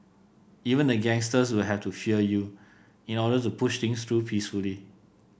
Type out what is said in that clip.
even the gangsters will have to fear you in order to push things through peacefully